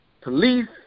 police